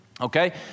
Okay